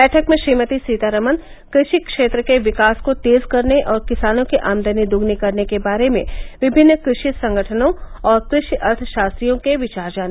बैठक में श्रीमती सीतारमन क्रेषि क्षेत्र के विकास को तेज करने और किसानों की आमदनी दुगुनी करने के बारे में विभिन्न कृषि संगठनों और कृषि अर्थशास्त्रियों के विचार जाने